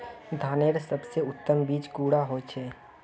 धानेर सबसे उत्तम बीज कुंडा होचए?